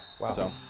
Wow